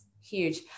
huge